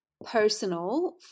personal